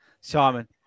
Simon